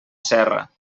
serra